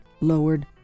lowered